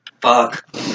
fuck